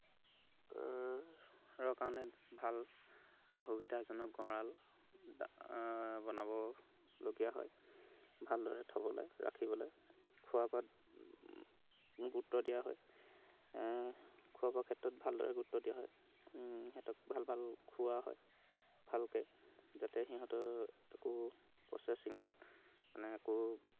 ৰৰ কাৰণে ভাল সুবিধাজনক গঁৰাল ডা বনাবলগীয়া হয় ভালদৰে থবলৈ ৰাখিবলৈ খোবা বোৱাত গুৰুত্ব দিয়া হয় খোৱা বোৱা ক্ষেত্ৰত ভালদৰে গুৰুত্ব দিয়া হয় সিহঁতক ভাল ভাল খুৱাও হয় ভালকৈ যাতে সিহঁতে একো প্ৰচেছিঙত মানে একো